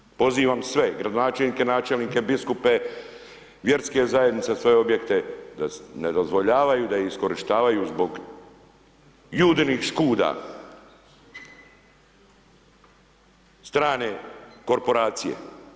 Interes, pozivam sve gradonačelnike, načelnike, biskupe, vjerske zajednice, svoje objekte, da ne dozvoljavaju da ih iskorištavaju zbog Judinih škuda, strane korporacije.